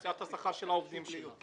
היא מוציאה את השכר של העובדים שלה.